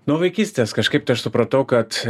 nuo vaikystės kažkaip tai aš supratau kad